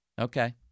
Okay